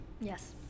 Yes